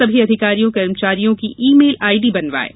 सभी अधिकारियों कर्मचारियों की ई मेल आईडी बनवाये